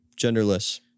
genderless